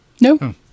No